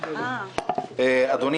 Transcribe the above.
אדוני